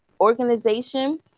organization